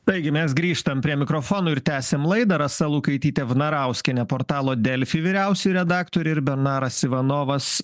taigi mes grįžtam prie mikrofonų ir tęsiam laidą rasa lukaitytė vnarauskienė portalo delfi vyriausioji redaktorė ir bernaras ivanovas